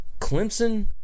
Clemson